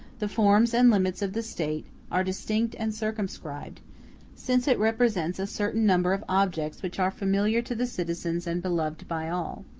the forms and limits of the state are distinct and circumscribed since it represents a certain number of objects which are familiar to the citizens and beloved by all.